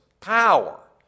power